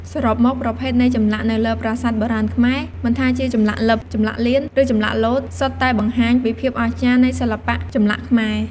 សរុបមក ប្រភេទនៃចម្លាក់នៅលើប្រាសាទបុរាណខ្មែរ មិនថាជាចម្លាក់លិប ចម្លាក់លៀន ឬចម្លាក់លោត សុទ្ធតែបង្ហាញពីភាពអស្ចារ្យនៃសិល្បៈចម្លាក់ខ្មែរ។